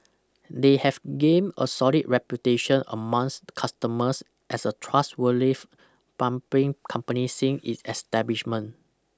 they have gained a solid reputation amongst customers as a trustworthy plumbing company since its establishment